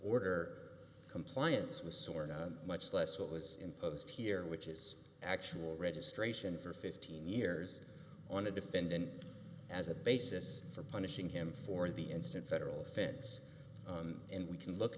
order compliance with sor not much less what was imposed here which is actual registration for fifteen years on a defendant as a basis for punishing him for the instant federal offense and we can look